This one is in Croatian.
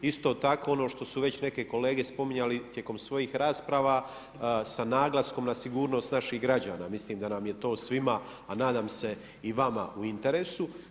Isto tako, ono što su već neke kolege spominjali tijekom svojih rasprava, sa naglaskom na sigurnost naših građana, mislim da nam je to svima, a nadam se i vama u interesu.